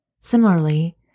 Similarly